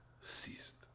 ceased